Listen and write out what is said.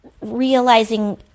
realizing